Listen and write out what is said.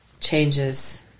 changes